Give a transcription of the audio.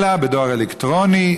אלא בדואר אלקטרוני,